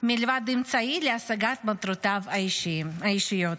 מלבד אמצעי להשגת מטרותיו האישיות,